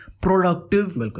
productive